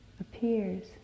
appears